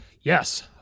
yes